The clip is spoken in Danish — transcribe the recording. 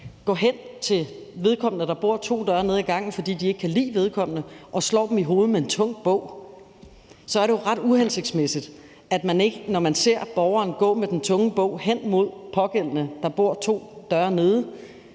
går hen til vedkommende, der bor to døre nede ad gangen, og slår dem i hovedet med en tung bog, fordi de ikke kan lide vedkommende, er det jo ret uhensigtsmæssigt, at man ikke, når man ser borgeren gå med den tunge bog hen imod den pågældende, der bor to døre nede